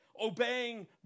Obeying